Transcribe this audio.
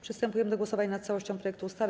Przystępujemy do głosowania nad całością projektu ustawy.